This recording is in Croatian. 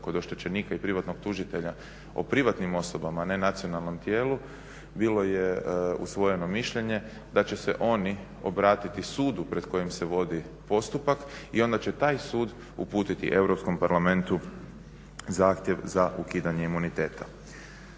kod oštećenika i privatnog tužitelja o privatnim osobama a ne nacionalnom tijelu bilo je usvojeno mišljenje da će se oni obratiti sudu pred kojim se vodi postupak i onda će taj sud uputiti Europskom parlamentu zahtjev za ukidanje imuniteta.